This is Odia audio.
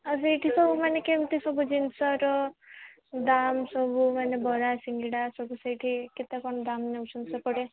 ଆଉ ସେଇଠି ତ ମାନେ କେମିତି ସବୁ ଜିନିଷର ଦାମ୍ ସବୁ ମାନେ ବରା ସିଙ୍ଗିଡ଼ା ସବୁ ସେଇଠି କେତେ କ'ଣ ଦାମ୍ ନେଉଛନ୍ତି ସେପଟେ